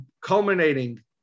culminating